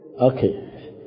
Okay